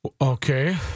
Okay